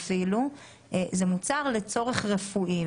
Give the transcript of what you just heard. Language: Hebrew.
זה מוצר לצורך רפואי.